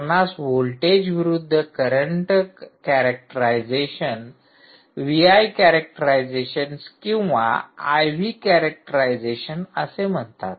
आपणास व्होल्टेज विरूद्ध current characterization VI characterization किंवा आयव्ही कॅरॅक्टराइजशनअसे म्हणतात